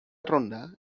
ronda